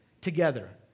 together